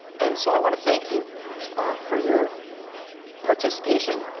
and so i want to thank you for your participation,